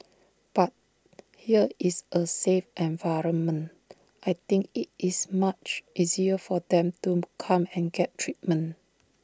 but here is A safe environment I think IT is much easier for them to come and get treatment